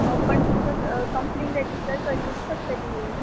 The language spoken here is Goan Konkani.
हय पण टुमकां कंप्लेन रॅजिस्टर करचीच पडटली